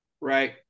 right